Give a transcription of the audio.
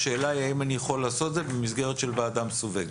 השאלה היא האם אני יכול לעשות את זה במסגרת של ועדה מסווגת?